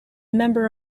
member